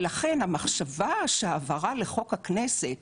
ולכן המחשבה שהעברה לחוק הכנסת